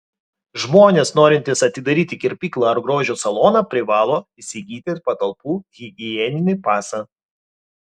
žmonės norintys atidaryti kirpyklą ar grožio saloną privalo įsigyti patalpų higieninį pasą